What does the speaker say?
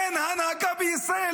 אין הנהגה בישראל,